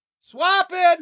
Swapping